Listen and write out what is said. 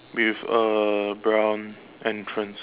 with a brown entrance